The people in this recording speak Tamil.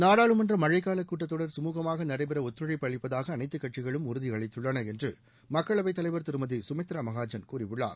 நாடாளுமன்ற மழைக்கால கூட்டத்தொடர் சுமூகமாக நடைபெற ஒத்துழைப்பு அளிப்பதாக அனைத்துக்கட்சிகளும் உறுதி அளித்துள்ளன என்று மக்களவை தலைவர் திருமதி சுமித்ரா மஹாஜன் கூறியுள்ளார்